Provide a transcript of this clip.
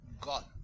God